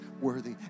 worthy